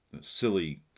Silly